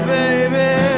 baby